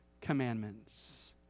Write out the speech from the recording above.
commandments